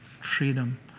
freedom